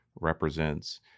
represents